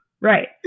Right